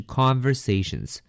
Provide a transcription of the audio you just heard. conversations